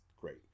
great